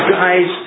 guys